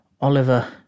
Oliver